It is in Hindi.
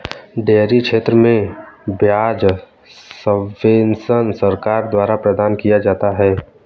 डेयरी क्षेत्र में ब्याज सब्वेंशन सरकार द्वारा प्रदान किया जा रहा है